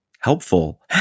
helpful